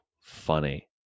funny